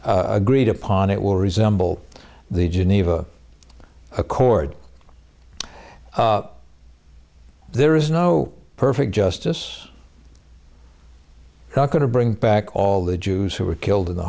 agreed upon it will resemble the geneva accord there is no perfect justice going to bring back all the jews who were killed in the